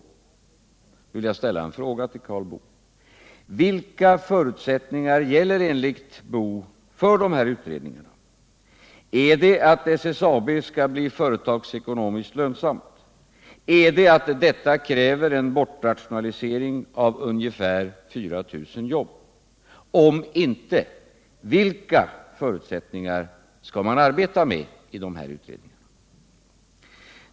Då vill jag ställa en fråga till Karl Boo: Vilka förutsättningar gäller enligt herr Boo för de här utredningarna? Är det att SSAB skall bli företagsekonomiskt lönsamt? Är det att detta kräver en bortrationalisering av ungefär 4 000 jobb? Om inte, vilka förutsättningar skall man arbeta med i de här utredningarna?